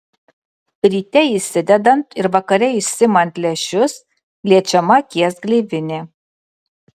ryte įsidedant ir vakare išsiimant lęšius liečiama akies gleivinė